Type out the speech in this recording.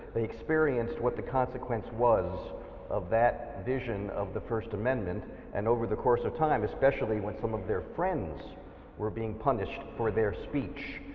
they experienced what the consequence was that vision of the first amendment and over the course of time especially when some of their friends were being punished for their speech,